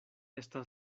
estas